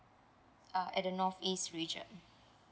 uh at the north east region